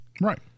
Right